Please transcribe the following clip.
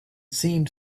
seemed